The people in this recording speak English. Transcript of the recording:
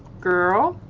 girl,